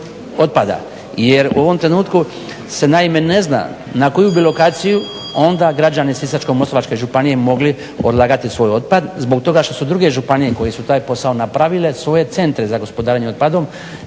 jer u ovom trenutku se naime ne zna na koju bi lokaciju onda građani Sisačko-moslavačke županije mogli odlagati svoj otpad zbog toga što su druge županije koje su taj posao napravile svoje centre za gospodarenje otpadom